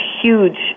huge